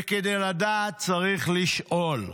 וכדי לדעת צריך לשאול.